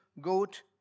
goat